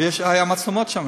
אבל היו מצלמות שם,